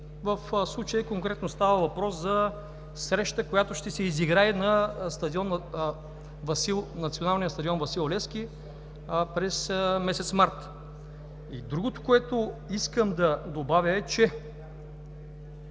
в случая конкретно става въпрос за среща, която ще се изиграе на Националния стадион „Васил Левски“ през месец март. И другото, което искам да добавя, е